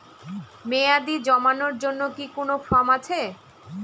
মেয়াদী জমানোর জন্য কি কোন ফর্ম আছে?